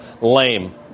Lame